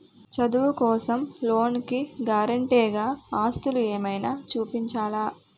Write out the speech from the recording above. చదువు కోసం లోన్ కి గారంటే గా ఆస్తులు ఏమైనా చూపించాలా?